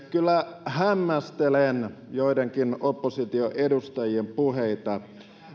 kyllä hämmästelen joidenkin oppositioedustajien puheita tästä